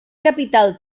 capital